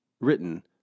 written